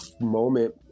moment